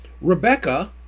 Rebecca